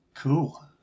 Cool